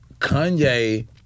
Kanye